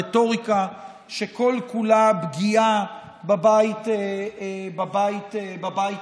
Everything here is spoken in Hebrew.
רטוריקה שכל-כולה פגיעה בבית הזה.